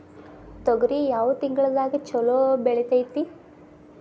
ತೊಗರಿ ಯಾವ ತಿಂಗಳದಾಗ ಛಲೋ ಬೆಳಿತೈತಿ?